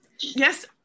Yes